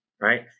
Right